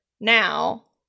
now